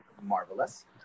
marvelous